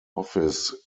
office